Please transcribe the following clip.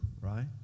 Right